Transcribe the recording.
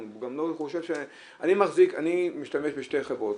והוא גם לא חושב ש- -- אני משתמש בשתי חברות.